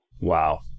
Wow